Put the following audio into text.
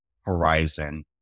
horizon